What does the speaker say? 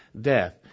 death